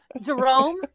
Jerome